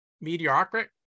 mediocre